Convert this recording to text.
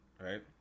right